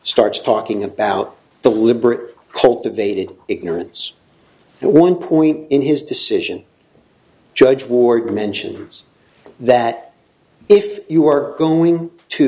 starts talking about the liber cultivated ignorance at one point in his decision judge wharton mentions that if you are going to